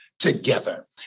together